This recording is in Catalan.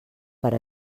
per